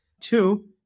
Two